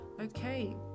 Okay